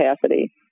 capacity